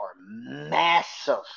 massive